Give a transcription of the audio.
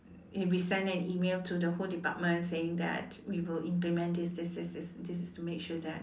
we send an email to the whole department saying that we will implement this this this this is to make sure that